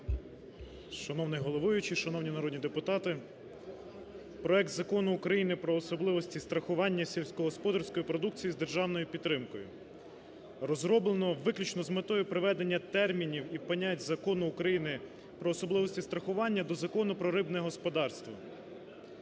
Шановний головуючий! Шановні народні депутати! Проект Закону України "Про особливості страхування сільськогосподарської продукції з державною підтримкою" розроблено виключно з метою приведення термінів і понять Закону України "Про особливості страхування" до Закону про рибне господарство.